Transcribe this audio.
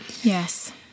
Yes